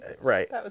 Right